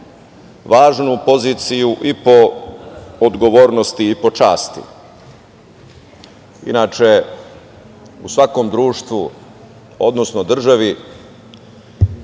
važnu poziciju i po odgovornosti i po časti. Inače, u svakom društvu, odnosno državi,